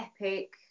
epic